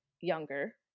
younger